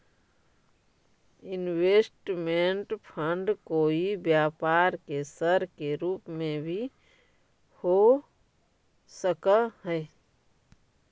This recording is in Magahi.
इन्वेस्टमेंट फंड कोई व्यापार के सर के रूप में भी हो सकऽ हई